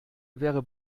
wäre